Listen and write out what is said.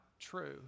true